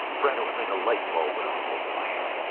brett, it was like a light bulb went off over my head.